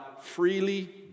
freely